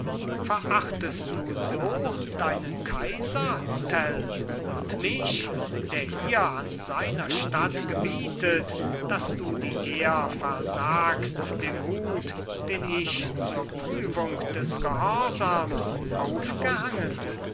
verachtest du so deinen kaiser tell und mich der hier an seiner statt gebietet dass du die ehr versagst dem hut den ich zur prüfung des gehorsams aufgehangen